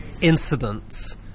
incidents